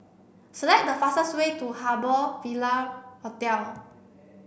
select the fastest way to Harbour Ville Hotel